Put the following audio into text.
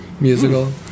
musical